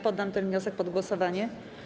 Poddam ten wniosek pod głosowanie.